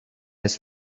his